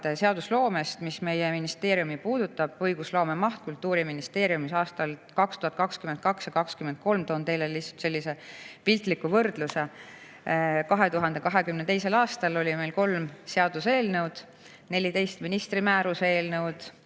seadusloomest, mis meie ministeeriumi puudutab. Õigusloome maht Kultuuriministeeriumis aastal 2022 ja 2023 – toon teile lihtsalt sellise piltliku võrdluse. 2022. aastal oli meil kolm seaduseelnõu, 14 ministri määruse eelnõu,